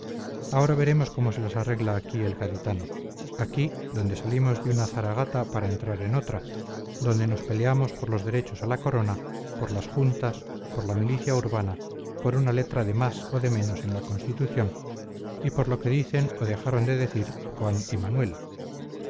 ahora veremos cómo se las arregla aquí el gaditano aquí donde salimos de una zaragata para entrar en otra donde nos peleamos por los derechos a la corona por las juntas por la milicia urbana por una letra de más o de menos en la constitución y por lo que dicen o dejaron de decir juan y manuela